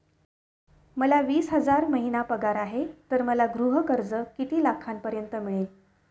मला वीस हजार महिना पगार आहे तर मला गृह कर्ज किती लाखांपर्यंत मिळेल?